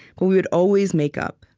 but we would always make up.